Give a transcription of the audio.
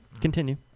Continue